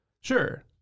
sure